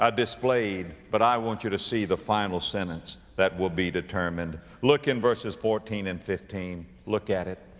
ah displayed but i want you to see the final sentence that will be determined. look in verses fourteen and fifteen, look at it,